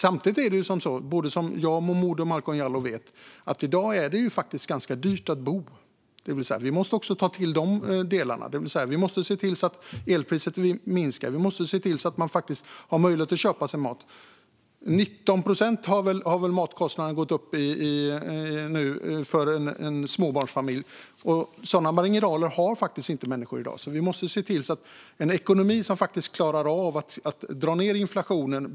Samtidigt är det så, som både jag och Malcolm Momodou Jallow vet, att det i dag är ganska dyrt att bo. Vi måste ta tag i de delarna, se till att elpriset sjunker och att man har möjlighet att köpa mat. Det är väl med 19 procent som matkostnaderna har gått upp nu för en småbarnsfamilj? Sådana marginaler har människor faktiskt inte i dag. Vi måste se till att ha en ekonomi som klarar av att dra ned inflationen.